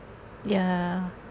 ya